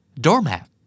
doormat